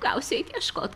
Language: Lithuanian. gausi eit ieškot